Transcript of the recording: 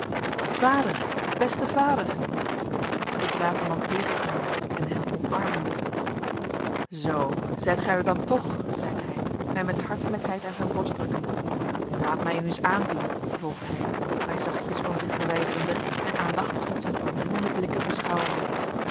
vader beste vader riep ik den braven man tegensnellende en hem omarmende zoo zijt gij er dan toch zeide hij mij met hartelijkheid aan zijn borst drukkende laat mij u eens aanzien vervolgde hij mij zachtjes van zich verwijderende en aandachtig met zijn doordringende blikken beschouwende